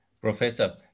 Professor